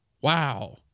wow